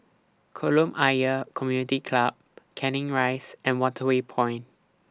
Kolam Ayer Community Club Canning Rise and Waterway Point